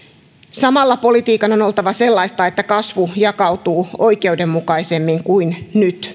samalla politiikan on on oltava sellaista että kasvu jakautuu oikeudenmukaisemmin kuin nyt